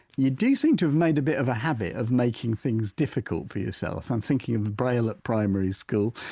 you do seem to have made a bit of a habit of making things difficult for yourself i'm thinking of braille at primary school,